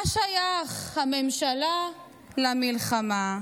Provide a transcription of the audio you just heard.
מה שייך הממשלה למלחמה?